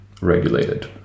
regulated